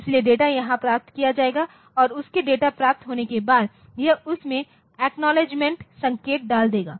इसलिए डेटा यहाँ प्राप्त किया गया है और उसके डेटा प्राप्त होने के बाद यह उस में अखनोव्लेद्गेमेन्ट संकेत डाल देगा